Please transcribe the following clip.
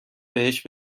بهش